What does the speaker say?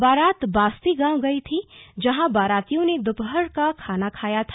बारात बास्ती गांव गई था जहां बारातियों ने दोपहर का खाना खाया था